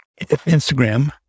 Instagram